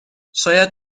شاید